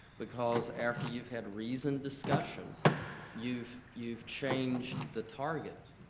because after you've had reasoned discussion you've you've changed the target.